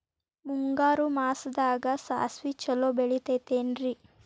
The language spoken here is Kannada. ಮುಂಗಾರು ಮಾಸದಾಗ ಸಾಸ್ವಿ ಛಲೋ ಬೆಳಿತೈತೇನ್ರಿ?